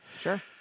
Sure